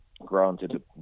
granted